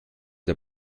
der